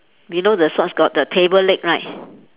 below the socks got the table leg right